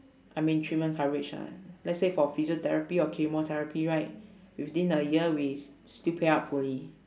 I mean three months coverage lah let's say for physiotherapy or chemotherapy right within a year we st~ still pay out fully